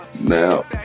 Now